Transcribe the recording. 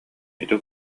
ити